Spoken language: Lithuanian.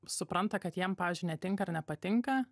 supranta kad jiem pavyzdžiui netinka ar nepatinka